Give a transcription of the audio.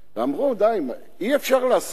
אמרו: אי-אפשר לעשות משהו?